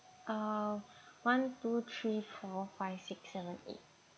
uh one two three four five six seven eight